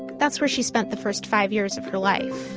that's where she spent the first five years of her life